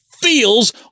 feels